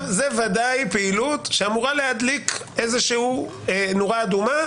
זו בוודאי פעילות שאמורה להדליק נורה אדומה,